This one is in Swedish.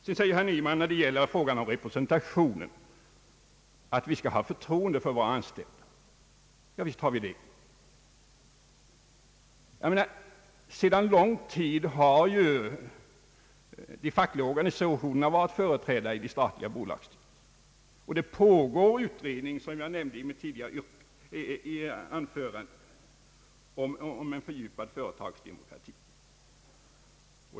I frågan om representationen säger herr Nyman, att vi skall ha förtroende för våra anställda. Javisst har vi det. Sedan lång tid har de fackliga organisationerna varit företrädda i statliga bolagsstyrelser, och det pågår som jag nämnde i mitt tidigare anförande en utredning om en fördjupad företagsdemokrati.